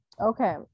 Okay